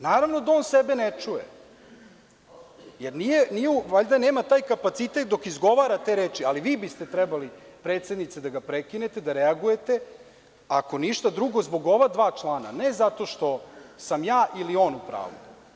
Naravno da on sebe ne čuje, jer valjda nema taj kapacitet dok izgovara te reči, ali, vi biste trebali, predsednice, da ga prekinete, da reagujete, ako ništa drugo, zbog ova dva člana, a ne zato što sam ja ili on u pravu.